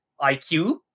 IQ